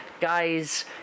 guys